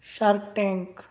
shark tank